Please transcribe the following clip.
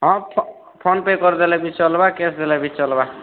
ହଁ ଫୋନ୍ପେ' କରିଦେଲେ ବି ଚଲ୍ବା କ୍ୟାସ୍ ଦେଲେ ବି ଚଲ୍ବା